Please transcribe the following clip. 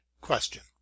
question